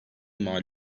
mal